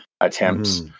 attempts